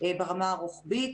ברמה הרוחבית,